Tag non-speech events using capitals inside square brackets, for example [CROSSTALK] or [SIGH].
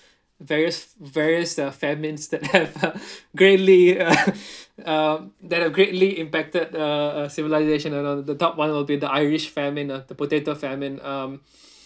various various uh famines that have uh greatly uh [LAUGHS] uh that have greatly impacted uh civilization you know the top [one] will be the irish famine ah the potato famine uh